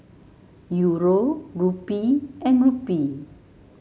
Euro Rupee and Rupee